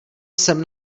jsem